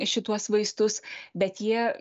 šituos vaistus bet jie